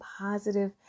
positive